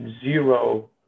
zero